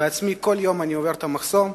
וכל יום אני עובר בעצמי את המחסום,